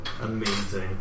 Amazing